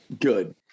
Good